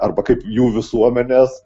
arba kaip jų visuomenės